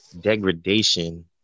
degradation